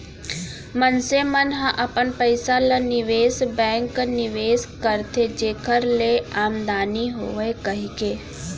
मनसे मन ह अपन पइसा ल निवेस बेंक निवेस करथे जेखर ले आमदानी होवय कहिके